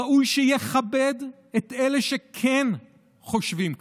ראוי שיכבד את אלה שכן חושבים כך,